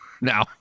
Now